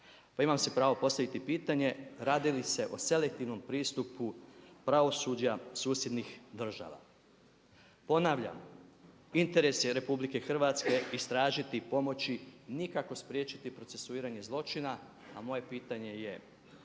Pa ima si pravo postaviti pitanje radili se o selektivnom pristupu pravosuđa susjednih država. Ponavljam, interes je RH istražiti, pomoći, nikako spriječiti procesuiranje zločina a moje pitanje je